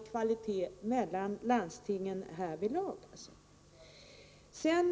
kvalitet man upprätthåller skiftande i de olika landstingen.